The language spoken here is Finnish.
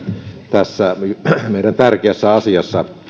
tässä meidän tärkeässä asiassa